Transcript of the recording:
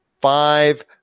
five